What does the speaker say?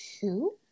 Two